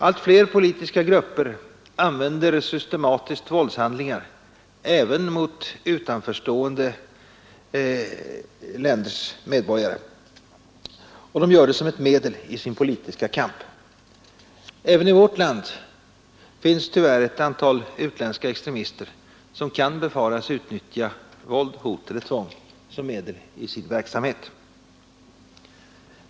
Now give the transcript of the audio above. Allt fler politiska grupper använder systematiskt våldshandlingar även mot utanförstående länders medborgare som ett medel i sin politiska kamp. Även i vårt land finns ett antal utländska extremister, som kan befaras utnyttja våld, hot eller tvång som medel i sin verksamhet.